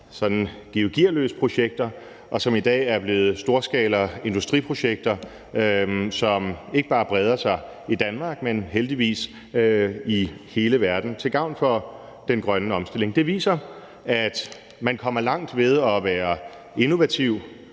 Gearløs-projekter, og som i dag er blevet storskalaindustriprojekter, der ikke bare breder sig i Danmark, men heldigvis i hele verden til gavn for den grønne omstilling. Det viser, at man kommer langt ved at være innovativ